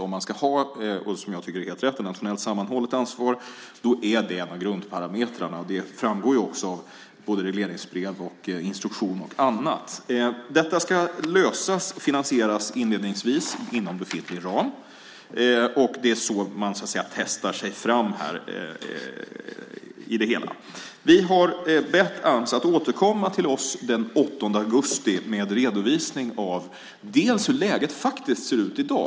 Om man ska ha, som jag tycker är helt rätt, ett nationellt sammanhållet ansvar är det en av grundparametrarna. Det framgår också av både regleringsbrev och instruktion och annat. Detta ska inledningsvis lösas och finansieras inom befintlig ram. Det är så man, så att säga, testar sig fram här. Vi har bett Ams att återkomma till oss den 8 augusti med en redovisning av hur läget faktiskt ser ut i dag.